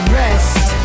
rest